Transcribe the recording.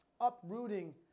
uprooting